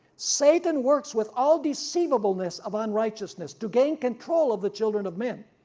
satan works with all deceivableness of unrighteousness to gain control of the children of men,